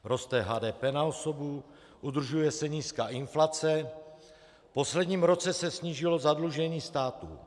Roste HDP na osobu, udržuje se nízká inflace, v posledním roce se snížilo zadlužení státu.